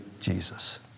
Jesus